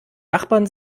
nachbarn